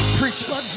preachers